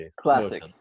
Classic